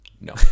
No